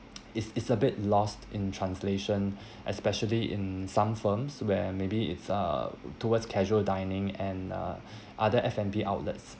it's is a bit lost in translation especially in some firms where maybe it's uh towards casual dining and uh other F&B outlets